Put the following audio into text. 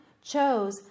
chose